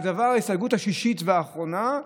וההסתייגות השישית והאחרונה: